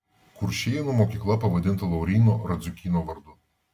kuršėnų mokykla pavadinta lauryno radziukyno vardu